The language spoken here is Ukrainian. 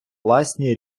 власні